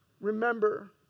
remember